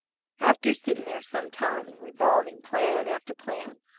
after sitting there some time, and revolving plan after plan,